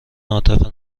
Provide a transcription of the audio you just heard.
عاطفه